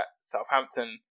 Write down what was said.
Southampton